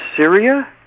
Syria